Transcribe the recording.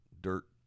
dirt